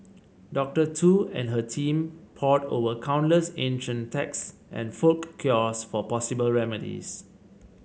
Doctor Tu and her team pored over countless ancient texts and folk cures for possible remedies